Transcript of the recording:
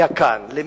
למי היה מצביע?